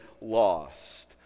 lost